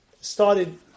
started